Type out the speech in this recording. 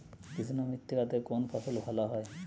কৃষ্ণ মৃত্তিকা তে কোন ফসল ভালো হয়?